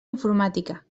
informàtica